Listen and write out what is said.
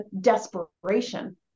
desperation